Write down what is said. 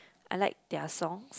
I like their song